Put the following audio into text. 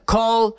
Call